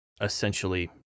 essentially